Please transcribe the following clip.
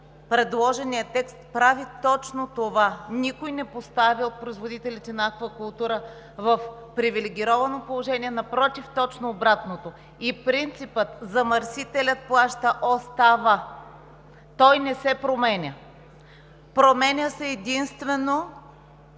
предложения текст прави точно това! Не поставя никого от производителите на аквакултури в привилегировано положение, напротив, точно обратното. И принципът „замърсителят плаща“ остава. Той не се променя. Променя се единствено